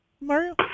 Mario